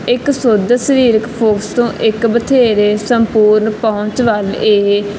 ਇੱਕ ਸ਼ੁੱਧ ਸਰੀਰਕ ਫੋਕਸ ਤੋਂ ਇੱਕ ਬਥੇਰੇ ਸੰਪੂਰਨ ਪਹੁੰਚ ਵੱਲ ਇਹ